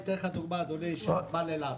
אני אתן לך דוגמה, אדוני, של נמל אילת.